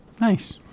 nice